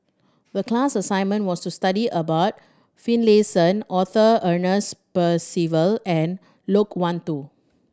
the class assignment was to study about Finlayson Arthur Ernest Percival and Loke Wan Tho